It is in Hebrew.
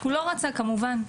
הוא לא רצה כמובן,